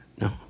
No